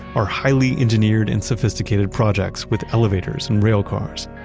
are highly engineered and sophisticated projects, with elevators and rail cars.